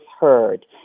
heard